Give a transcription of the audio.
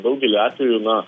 daugeliu atvejų na